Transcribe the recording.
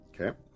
Okay